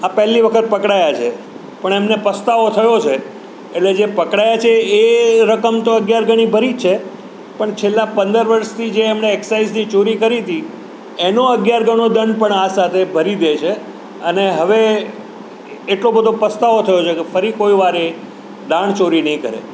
આ પહેલી વખત પકડાયા છે પણ એમને પસ્તાવો થયો છે એટલે જે પકડાયા છે એ રકમ તો અગિયાર ગણી ભરી છે પણ છેલ્લા પંદર વરસથી જે એમણે એક્સાઈઝની ચોરી કરી હતી એનો અગિયાર ગણો દંડ પણ આ સાથે ભરી દે છે અને હવે એટલો બધો પસ્તાવો થયો છે કે ફરી કોઈવાર એ દાણ ચોરી નહીં કરે